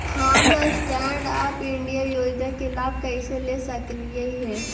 हम stand up India योजना के लाभ कइसे ले सकलिअई हे